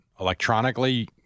electronically